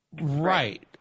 Right